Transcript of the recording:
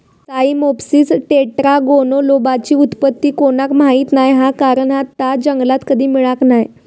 Cyamopsis टेट्रागोनोलोबाची उत्पत्ती कोणाक माहीत नाय हा कारण ता जंगलात कधी मिळाक नाय